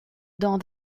dans